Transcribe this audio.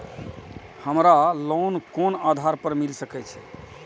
हमरा लोन कोन आधार पर मिल सके छे?